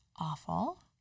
awful